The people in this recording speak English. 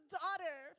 daughter